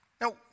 Now